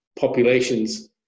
populations